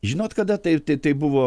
žinot kada tai tai buvo